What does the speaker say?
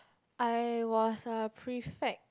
I was a prefect